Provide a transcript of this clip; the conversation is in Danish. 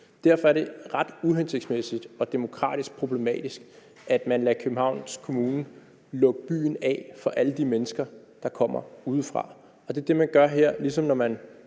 Derfor er det ret uhensigtsmæssigt og demokratisk problematisk, at man lader Københavns Kommune lukke byen af for alle de mennesker, der kommer udefra. Og det er det, man gør her, ligesom når man